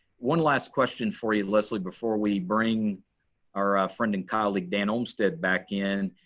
one last question for you, leslie, before we bring our friend and colleague, dan olmsted, back in,